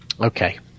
Okay